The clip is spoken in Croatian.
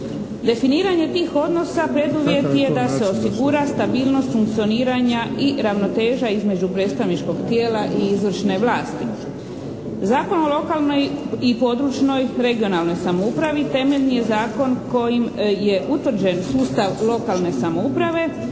Definiranje tih odnosa preduvjet je da se osigura stabilnost funkcioniranja i ravnoteža između predstavničkog tijela i izvršne vlasti. Zakon o lokalnoj i područnoj (regionalnoj) samoupravi temeljni je zakon kojim je utvrđen sustav lokalne samouprave